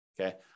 Okay